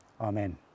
Amen